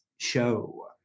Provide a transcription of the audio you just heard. show